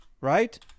right